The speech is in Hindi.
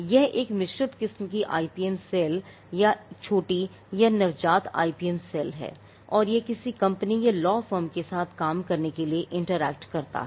यह एक मिश्रित किस्म की IPM सेल एक छोटी या नवजात IPM सेल है और यह किसी कंपनी या लॉ फर्म के साथ काम करने के लिए इंटरैक्ट करता है